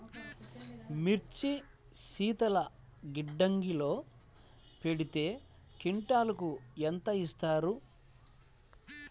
మిర్చి శీతల గిడ్డంగిలో పెడితే క్వింటాలుకు ఎంత ఇస్తారు?